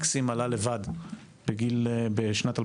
מקסים עלה לבד בשנת 2017,